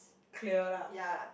clear lah